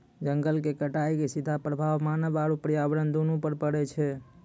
जंगल के कटाइ के सीधा प्रभाव मानव आरू पर्यावरण दूनू पर पड़ै छै